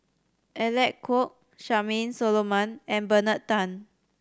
Alec Kuok Charmaine Solomon and Bernard Tan